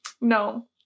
No